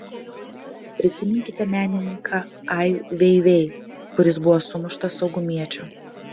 prisiminkite menininką ai vei vei kuris buvo sumuštas saugumiečių